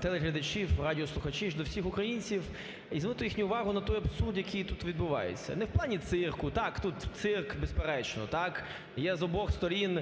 телеглядачів, радіослухачів і до всіх українців і звернути їхню увагу на той абсурд, який тут відбувається не в плані цирку. Так, тут цирк, безперечно, так, є з обох сторін